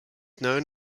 known